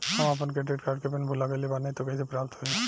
हम आपन credit card के पिन भुला गइल बानी त कइसे प्राप्त होई?